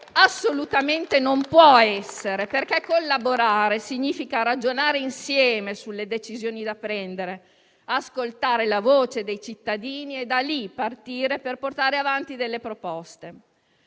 assolutamente non può essere, perché collaborare significa ragionare insieme sulle decisioni da prendere, ascoltare la voce dei cittadini e da lì partire per portare avanti delle proposte.